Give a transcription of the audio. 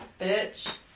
bitch